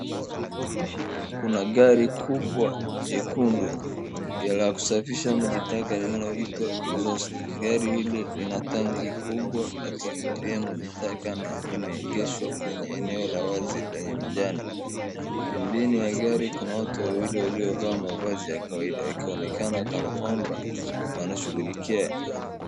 Kuna gari kubwa jekundu la kusafirisha maji taka linaloitwa Exhauster . Gari hili lina tanki kubwa la kuhifadhia maji taka na limeegeshwa kwenye eneo la wazi lenye majani. Mbele ya gari kuna watu wawili waliovaa mavazi ya kawaida wakionekana kana kwamba wanashughulikia.